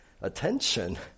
attention